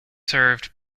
served